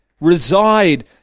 reside